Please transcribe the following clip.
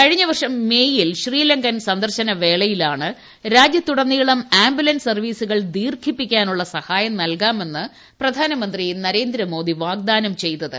കഴിഞ്ഞ വർഷം മെയ് ൽ ശ്രീലങ്കൻ സന്ദർശന വേളയിലാണ് രാജൃത്തുടനീളം ആംബുലൻസ് സർവ്വീസുകൾ ദീർഘിപ്പിക്കാനുള്ള സഹായം നല്കാമെന്ന് പ്രധാനമന്ത്രി നരേന്ദ്രമോദി വാഗ്ദാനം ചെയ്തത്